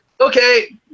Okay